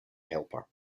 helper